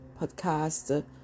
podcast